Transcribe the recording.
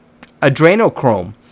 adrenochrome